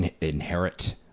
inherit